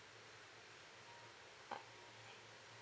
uh